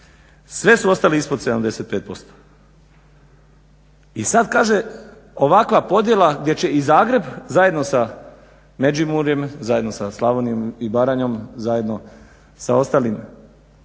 Sve su ostali ispod 75%. I sad kaže ovakva podjela gdje će i Zagreb zajedno sa Međimurjem, zajedno sa Slavonijom i Baranjom, zajedno sa ostalim